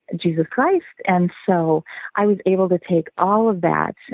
jesus christ. and so i was able to take all of that,